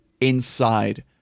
inside